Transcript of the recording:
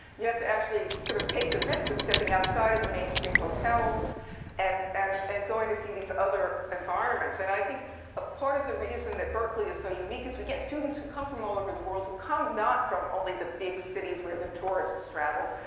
you have to actually sort of take the risk of stepping outside of the mainstream hotels and and and going to see these other environments. and i think ah part of the reason that berkeley is so unique is we get students who come from all over the world, who come not from only the big cities where the tourists travel,